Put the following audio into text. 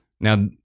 Now